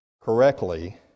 correctly